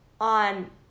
on